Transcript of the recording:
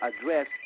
address